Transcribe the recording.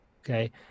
Okay